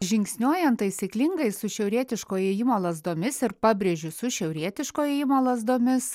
žingsniuojant taisyklingai su šiaurietiško ėjimo lazdomis ir pabrėžiu su šiaurietiško ėjimo lazdomis